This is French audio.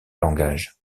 langage